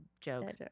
jokes